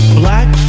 black